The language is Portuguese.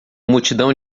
multidão